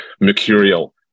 mercurial